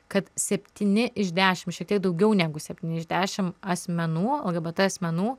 kad septyni iš dešim šiek tiek daugiau negu septyni iš dešim asmenų lgbt asmenų